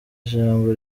ijambo